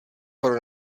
pro